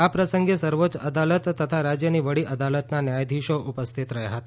આ પ્રસંગે સર્વોચ્ય અદાલત તથા રાજ્યની વડી અદાલતના ન્યાયાધીશો ઉપસ્થિત રહ્યાં હતા